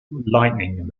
lightning